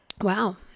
Wow